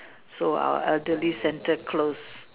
so err our elderly centre close